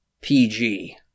pg